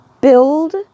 build